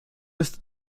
jest